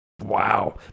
wow